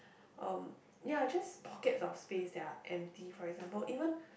oh ya just pockets of space ya empty for example even